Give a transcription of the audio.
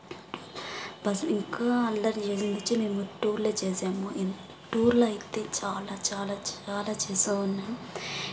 bus ఇంకా అల్లరి వచ్చి మేము టూర్లో చేసాము టూర్లో అయితే చాలా చాలా చాలా చేశాం ఉన్నాం